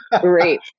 Great